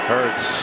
Hertz